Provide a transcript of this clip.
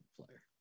player